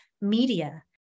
media